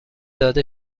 داده